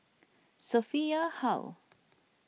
Sophia Hull